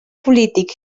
polític